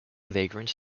vagrant